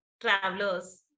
travelers